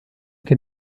che